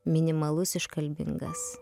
minimalus iškalbingas